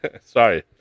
Sorry